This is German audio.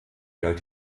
galt